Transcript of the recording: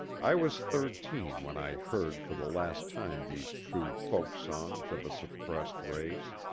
i was thirteen when i heard for the last time these true folk-songs of a suppressed race.